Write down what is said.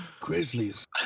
Grizzlies